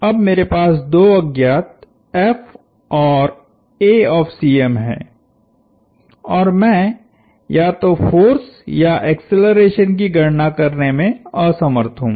अब मेरे पास दो अज्ञातऔरहैं और मैं या तो फोर्स या एक्सेलरेशन की गणना करने में असमर्थ हूं